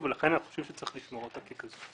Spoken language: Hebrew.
ולכן אנחנו חושבים שצריך לשמור אותה כזו.